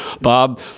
Bob